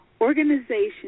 Organization